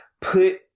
put